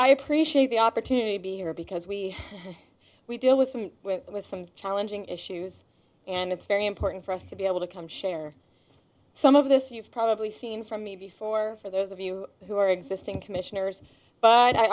i appreciate the opportunity to be here because we we deal with some with some challenging issues and it's very important for us to be able to come share some of this you've probably seen from me before for those of you who are existing commissioners but i